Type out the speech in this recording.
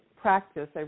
practice